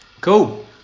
cool